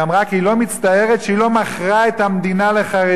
והיא אמרה כי היא לא מצטערת שהיא לא מכרה את המדינה לחרדים.